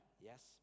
Yes